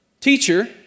Teacher